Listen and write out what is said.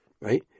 right